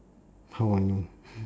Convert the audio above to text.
how I know